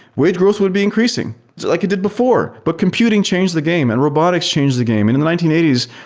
wage growth would be increasing like it did before, but computing changed the game and robotics changed the game. and in the nineteen eighty s,